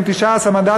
עם 19 מנדטים,